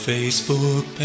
Facebook